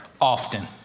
Often